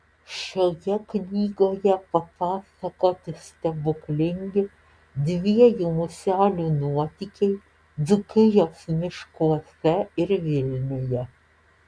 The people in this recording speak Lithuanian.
šioje knygoje papasakoti stebuklingi dviejų muselių nuotykiai dzūkijos miškuose ir vilniuje